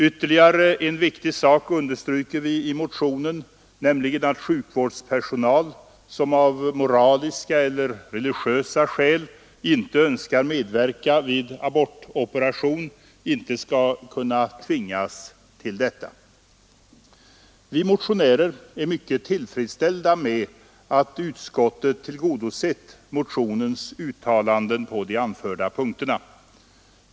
Ytterligare en viktig sak understryker vi i motionen, nämligen att sjukvårdspersonal som av moraliska eller religiösa skäl inte önskar medverka vid abortoperation inte skall kunna tvingas till detta. Vi motionärer är mycket tillfredsställda med att utskottet tillgodosett motionens uttalanden på de anförda punkterna.